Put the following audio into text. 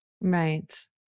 Right